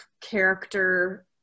character